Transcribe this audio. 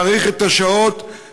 להאריך את שעות הלימוד,